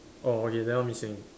orh okay that one missing